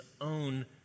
own